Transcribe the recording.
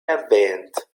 erwähnt